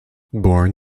born